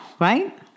right